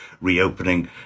reopening